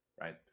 right